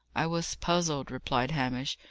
i was puzzled, replied hamish.